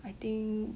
I think